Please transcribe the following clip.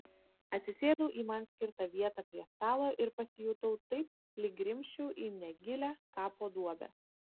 atsisėdau į man skirtą vietą prie stalo ir pasijutau taip lyg grimzčiau į negilią kapo duobę